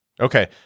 Okay